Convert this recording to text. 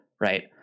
right